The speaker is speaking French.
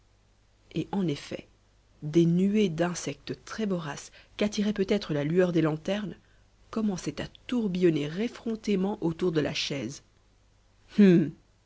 et en effet des nuées d'insectes très voraces qu'attirait peut-être la lueur des lanternes commençaient à tourbillonner effrontément autour de la chaise